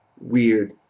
weird